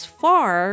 far